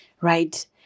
Right